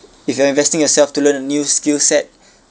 if you are investing yourself to learn a new skill set